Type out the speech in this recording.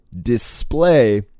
display